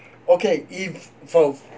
okay if for